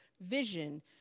vision